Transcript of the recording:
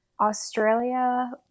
Australia